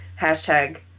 Hashtag